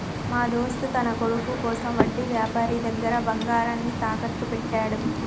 మా దోస్త్ తన కొడుకు కోసం వడ్డీ వ్యాపారి దగ్గర బంగారాన్ని తాకట్టు పెట్టాడు